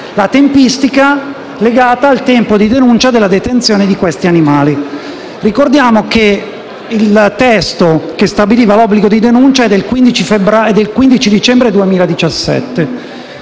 la tempistica legata alla denuncia della detenzione di questi animali. Ricordiamo che il testo che stabiliva l'obbligo di denuncia è del 15 dicembre 2017